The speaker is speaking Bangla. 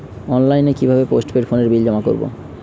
অনলাইনে কি ভাবে পোস্টপেড ফোনের বিল জমা করব?